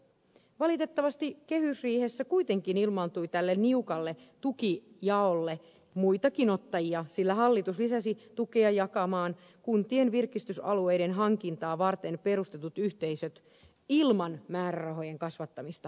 valitettavasti kehysriihessä kuitenkin ilmaantui tälle niukalle tukijaolle muitakin ottajia sillä hallitus lisäsi tukea jakamaan kuntien virkistysalueiden hankintaa varten perustetut yhteisöt ilman määrärahojen kasvattamista